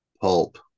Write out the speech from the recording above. Pulp